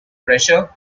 pressure